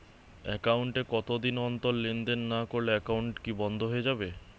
Account এ কতদিন অন্তর লেনদেন না করলে একাউন্টটি কি বন্ধ হয়ে যাবে?